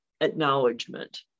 acknowledgement